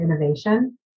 innovation